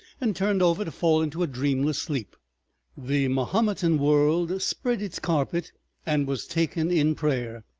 and turned over to fall into a dreamless sleep the mahometan world spread its carpet and was taken in prayer.